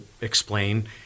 explain